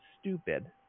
stupid